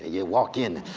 you walk in,